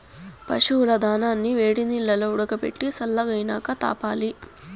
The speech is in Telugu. పశువుల దానాని వేడినీల్లో ఉడకబెట్టి సల్లగైనాక తాపాలి